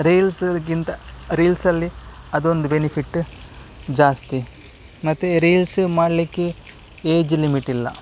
reels ಗಿಂತ ರೀಲ್ಸಲ್ಲಿ ಅದೊಂದು ಬೆನಿಫಿಟ್ ಜಾಸ್ತಿ ಮತ್ತೆ ರೀಲ್ಸ್ ಮಾಡಲಿಕ್ಕೆ ಏಜ್ ಲಿಮಿಟ್ ಇಲ್ಲ